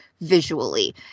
visually